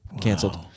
canceled